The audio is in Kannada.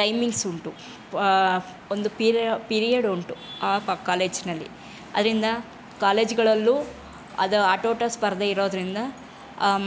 ಟೈಮಿಂಗ್ಸ್ ಉಂಟು ಒಂದು ಪಿರಿಯೆಡ್ ಉಂಟು ಆ ಕಾಲೇಜಿನಲ್ಲಿ ಅದರಿಂದ ಕಾಲೇಜುಗಳಲ್ಲೂ ಅದು ಆಟೋಟ ಸ್ಪರ್ಧೆ ಇರೋದರಿಂದ